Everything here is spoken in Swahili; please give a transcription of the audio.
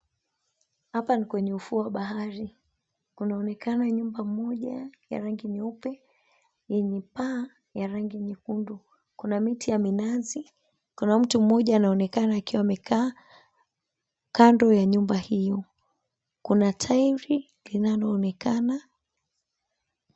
Hapa ni kwenye ufuo wa bahari kunaonekana nyumba moja ya rangi nyeupe yenye paa la rangi nyekundu kuna miti ya minazi kuna mtu mmoja anayeonekana akiwa kando ya nyumba hiyo, kuna tairi linaloonekana.